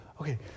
Okay